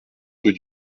rue